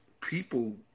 people